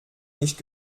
nicht